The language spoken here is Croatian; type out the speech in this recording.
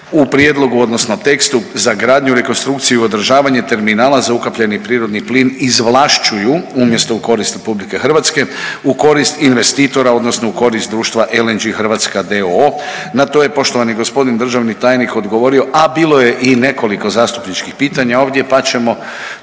u prijedlogu odnosno tekstu za gradnju, rekonstrukciju i održavanje terminala za ukapljeni prirodni plin izvlašćuju umjesto u korist RH u korist investitora odnosno u korist društva LNG Hrvatska d.o.o. Na to je poštovani gospodin državni tajnik odgovorio, a bilo je i nekoliko zastupničkih pitanja ovdje pa ćemo